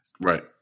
Right